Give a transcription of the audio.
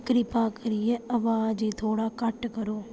किरपा करियै अवाज ई थोह्ड़ा घट्ट करो